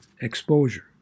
exposure